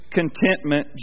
contentment